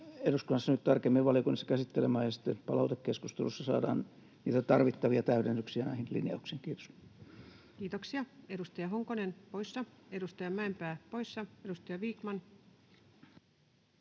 eduskunnassa nyt tarkemmin valiokunnassa käsittelemään, ja sitten palautekeskustelussa saadaan niitä tarvittavia täydennyksiä näihinkin linjauksiin. — Kiitos. Kiitoksia. — Edustaja Honkonen, poissa. Edustaja Mäenpää, poissa. — Edustaja Vikman.